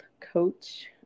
coach